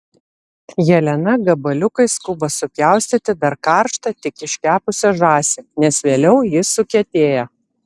jelena gabaliukais skuba supjaustyti dar karštą tik iškepusią žąsį nes vėliau ji sukietėja